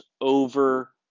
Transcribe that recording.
over